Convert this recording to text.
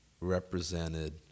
represented